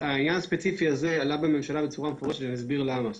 הספציפי עלה בממשלה בצורה מפורשת ואני אסביר למה.